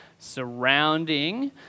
surrounding